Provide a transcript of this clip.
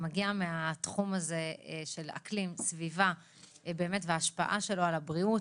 שמגיע מן התחום הזה של אקלים וסביבה וההשפעה שלהם על הבריאות.